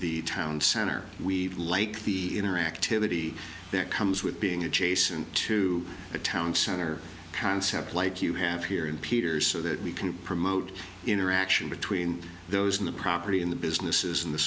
the town center we like the interactivity that comes with being adjacent to a town center concept like you have here in peter's so that we can promote interaction between those in the property in the businesses in the